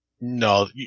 no